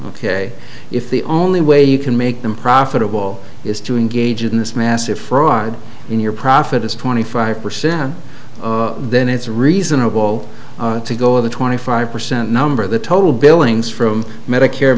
ok if the only way you can make them profitable is to engage in this massive fraud in your profit is twenty five percent then it's reasonable to go with a twenty five percent number the total billings from medicare